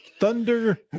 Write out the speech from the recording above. thunder